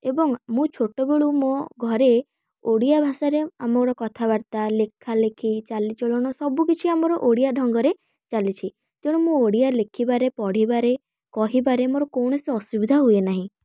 ଏବଂ ମୁଁ ଛୋଟ ବେଳୁ ମୋ ଘରେ ଓଡିଆ ଭାଷାରେ ଆମର କଥାବାର୍ତ୍ତା ଲେଖାଲେଖି ଚାଲିଚଳନ ସବୁ କିଛି ଆମର ଓଡ଼ିଆ ଢଙ୍ଗରେ ଚାଲିଛି ତେଣୁ ମୁଁ ଓଡ଼ିଆ ଲେଖିବାରେ ପଢ଼ିବାରେ କହିବାରେ ମୋର କୌଣସି ଅସୁବିଧା ହୁଏ ନାହିଁ